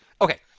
Okay